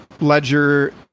ledger